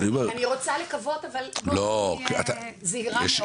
אני רוצה לקוות, אבל להיות זהירה מאוד.